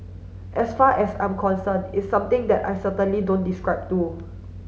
as far as I'm concerned it's something that I certainly don't describe to